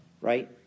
right